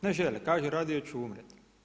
Ne žele, kažu radije ću umrijeti.